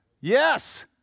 Yes